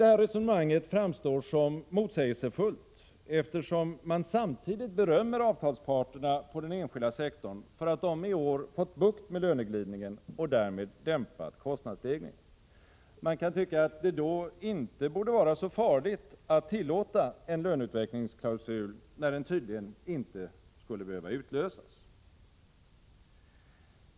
Detta resonemang framstår som motsägelsefullt, eftersom regeringen samtidigt berömmer avtalsparterna på den enskilda sektorn för att de i år fått bukt med löneglidningen och därmed dämpat kostnadsstegringen. Man kan tycka att det då inte borde vara så farligt att tillåta en löneutvecklingsklausul, när den tydligen inte skulle behöva utlösas.